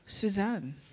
Suzanne